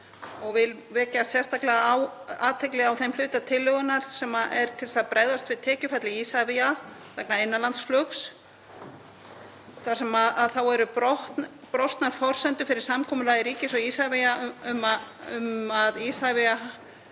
Ég vil vekja sérstaklega athygli á þeim hluta tillögunnar sem er til að bregðast við tekjufalli Isavia vegna innanlandsflugs þar sem eru brostnar forsendur fyrir samkomulagi ríkis og Isavia um að Isavia